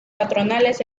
patronales